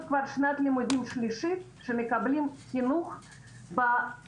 כבר שנת לימודים שלישית שהם מקבלים חינוך בצמצום.